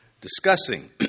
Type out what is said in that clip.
discussing